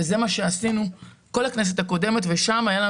וזה מה שעשינו בכל הכנסת הקודמת.